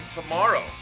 tomorrow